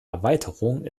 erweiterung